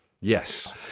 Yes